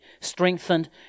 strengthened